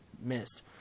missed